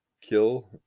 Kill